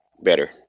better